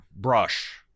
brush